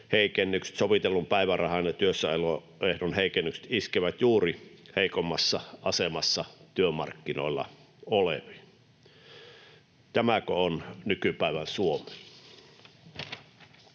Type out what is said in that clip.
sovitellun päivärahan työssäoloehdon heikennykset iskevät juuri heikommassa asemassa työmarkkinoilla oleviin. Tämäkö on nykypäivän Suomi?